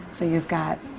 so you've got